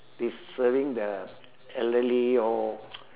this serving the elderly all